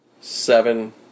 seven